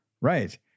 right